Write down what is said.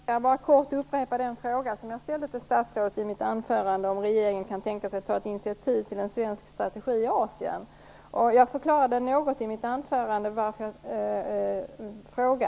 Herr talman! Jag skulle vilja bara kort upprepa den fråga som jag ställde till statsrådet i mitt anförande, om regeringen kan tänka sig att ta ett initiativ till en svensk strategi i Asien. Jag förklarade något i mitt anförande varför jag ställer denna fråga.